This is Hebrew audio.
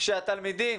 שהתלמידים